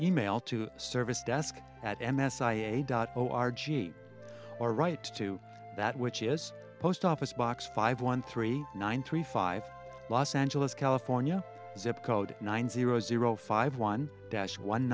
e mail to service desk at m s i a dot o r gene or right to that which is post office box five one three nine three five los angeles california zip code nine zero zero five one dash one